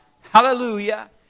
Hallelujah